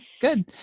good